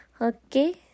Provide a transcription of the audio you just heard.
Okay